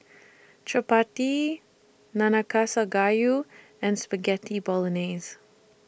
Chapati Nanakusa Gayu and Spaghetti Bolognese